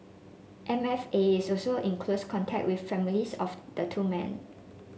M F A is also in close contact with the families of the two men